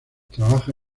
trabaja